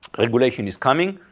regulation is coming,